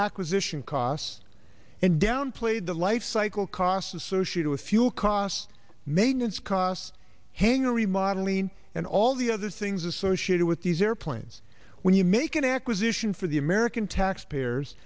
acquisition costs and downplayed the lifecycle costs associated with fuel costs maintenance costs hangar remodelling and all the other things associated with these airplanes when you make an acquisition for the american taxpayers